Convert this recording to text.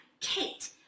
Kate